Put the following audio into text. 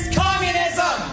communism